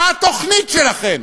מה התוכנית שלכם?